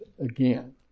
again